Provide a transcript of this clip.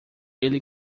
ele